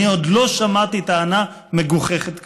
אני עוד לא שמעתי טענה מגוחכת כזו".